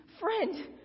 friend